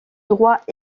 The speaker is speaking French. droit